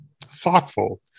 thoughtful